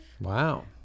Wow